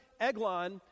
Eglon